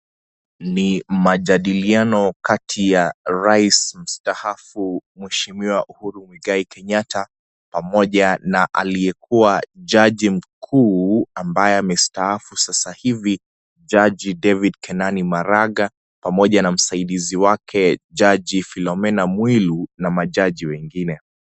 Ni majadiliano kati ya raisi mstaafu mheshimiwa, Uhuru Muigai Kenyatta, pamoja na aliyekuwa jaji mkuu ambaye amestaafu sasa hivi, jaji David Kenani Maraga, pamoja na msaidizi wake, jaji Philomena Mwilu na majaji wengine.